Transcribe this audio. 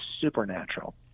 supernatural